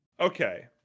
Okay